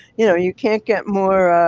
you know, you can't get more